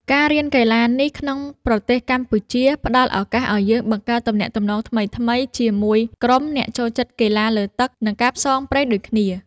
ការរៀនកីឡានេះក្នុងប្រទេសកម្ពុជា ផ្ដល់ឱកាសឱ្យយើងបង្កើតទំនាក់ទំនងថ្មីៗជាមួយក្រុមអ្នកចូលចិត្តកីឡាលើទឹក និងការផ្សងព្រេងដូចគ្នា។